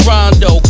Rondo